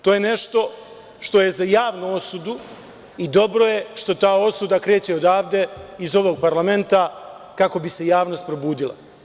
To je nešto što je za javnu osudu i dobro je što ta osuda kreće odavde iz ovog parlamenta, kako bi se javnost probudila.